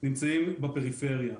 נמצאים בפריפריה.